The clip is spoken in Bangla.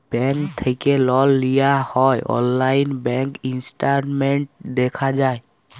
ব্যাংক থ্যাকে লল লিয়া হ্যয় অললাইল ব্যাংক ইসট্যাটমেল্ট দ্যাখা যায়